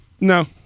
no